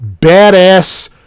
badass